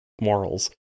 morals